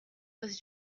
was